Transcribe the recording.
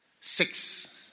Six